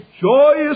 joyous